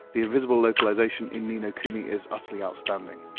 the invisible localization in ni no kuni is utterly outstanding.